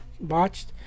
Botched